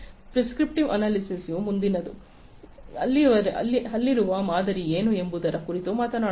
prescriptive analytics ಮುಂದಿನದು ಅಲ್ಲಿರುವ ಮಾದರಿ ಏನು ಎಂಬುದರ ಕುರಿತು ಮಾತನಾಡುತ್ತದೆ